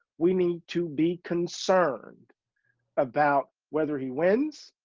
we need to be concerned about whether he wins,